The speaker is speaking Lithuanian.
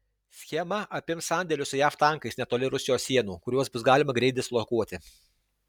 schema apims sandėlius su jav tankais netoli rusijos sienų kuriuos bus galima greit dislokuoti